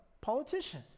politician